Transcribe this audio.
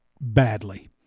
badly